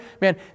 man